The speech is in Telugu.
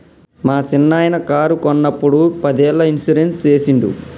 మా సిన్ననాయిన కారు కొన్నప్పుడు పదేళ్ళ ఇన్సూరెన్స్ సేసిండు